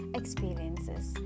experiences